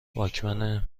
واکمن